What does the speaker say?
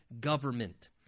government